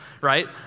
right